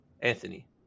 Anthony